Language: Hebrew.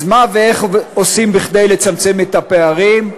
אז מה ואיך עושים כדי לצמצם את הפערים?